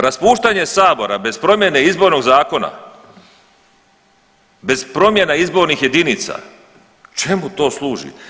Raspuštanje sabora bez promjene izbornog zakona, bez promjena izbornih jedinica čemu to služi?